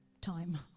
Time